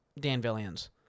Danvillians